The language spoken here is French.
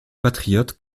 patriote